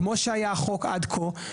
כמו שהיה החוק עד כה.